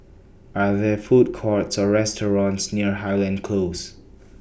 Are There Food Courts Or restaurants near Highland Close